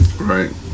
Right